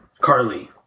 Carly